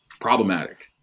problematic